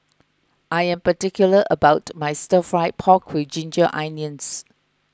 I am particular about my Stir Fry Pork with Ginger Onions